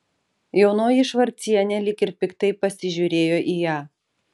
jaunoji švarcienė lyg ir piktai pasižiūrėjo į ją